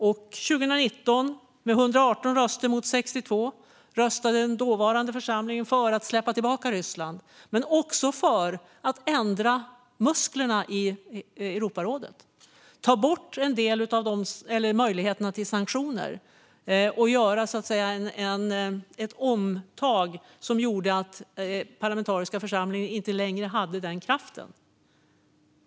År 2019, med 118 röster mot 62, röstade den dåvarande församlingen för att släppa tillbaka Ryssland men också för att ta bort en del av Europarådets möjligheter till sanktioner. Det var ett omtag som gjorde att den parlamentariska församlingen inte längre hade den kraften.